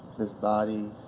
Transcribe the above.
this body,